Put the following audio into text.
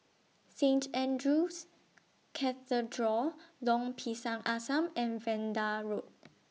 Saint Andrew's Cathedral Lorong Pisang Asam and Vanda Road